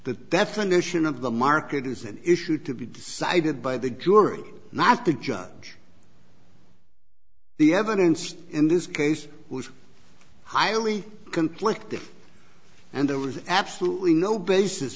the definition of the market is an issue to be decided by the guru not the judge the evidence in this case was highly complex and there was absolutely no basis